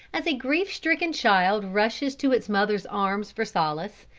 as a grief-stricken child rushes to its mother's arms for solace,